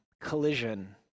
collision